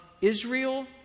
Israel